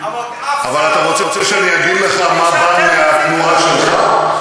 אבל אתה רוצה שאני אגיד לך מה בא מהתנועה שלך?